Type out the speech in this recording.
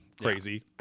Crazy